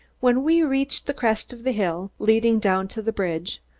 when we reached the crest of the hill leading down to the bridge,